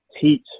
teach